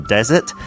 Desert